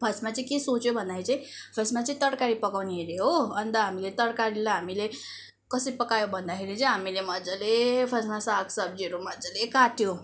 फर्स्टमा चाहिँ के सोच्यो भन्दाखेरि चाहिँ फर्स्टमा चाहिँ तरकारी पकाउने अरे हो अन्त हामीले तरकारीलाई हामीले कसरी पकायो भन्दाखेरि चाहिँ हामीले मजाले फर्स्टमा सागसब्जीहरू मजाले काट्यो